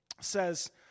says